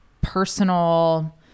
personal